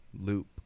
loop